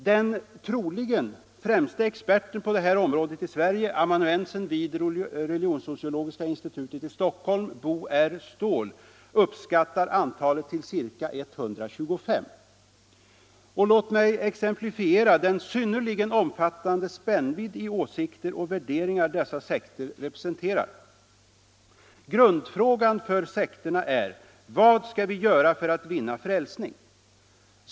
Den troligen främste experten på detta område i Sverige, amanuensen vid Religionssociologiska institutet i Stockholm Bo R. Ståhl, uppskattar antalet till ca 125. Låt mig exemplifiera den synnerligen omfattande spännvidd i åsikter och värderingar dessa sekter representerar. Grundfrågan för sekterna är: Vad skall vi göra för att vinna frälsning?